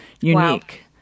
unique